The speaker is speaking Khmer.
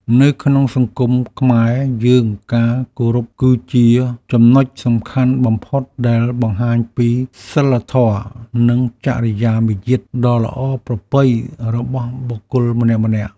នៅក្នុងសង្គមខ្មែរយើងការគោរពគឺជាចំណុចសំខាន់បំផុតដែលបង្ហាញពីសីលធម៌និងចរិយាមារយាទដ៏ល្អប្រពៃរបស់បុគ្គលម្នាក់ៗ។